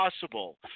possible